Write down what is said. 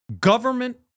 government